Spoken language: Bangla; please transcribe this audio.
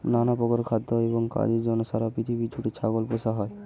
নানা প্রকার খাদ্য এবং কাজের জন্য সারা পৃথিবী জুড়ে ছাগল পোষা হয়